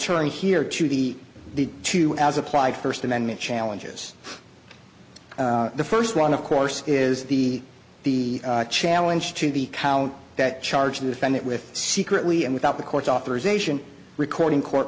turn here to the the two as applied first amendment challenges the first one of course is the the challenge to the count that charge of the senate with secretly and without the court's authorization recording court